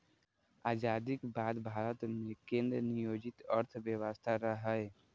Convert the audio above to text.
आजादीक बाद भारत मे केंद्र नियोजित अर्थव्यवस्था रहै